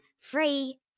Free